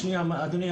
שנייה אדוני,